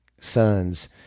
sons